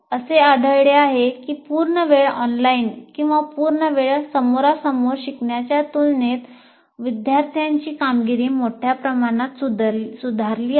असे आढळले आहे की पूर्णवेळ ऑनलाइन किंवा पूर्ण वेळ समोरासमोर शिकण्याच्या तुलनेत विद्यार्थ्यांची कामगिरी मोठ्या प्रमाणात सुधारली आहे